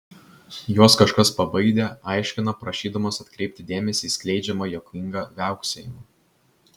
juos kažkas pabaidė aiškina prašydamas atkreipti dėmesį į skleidžiamą juokingą viauksėjimą